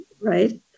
right